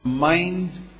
Mind